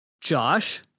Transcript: Josh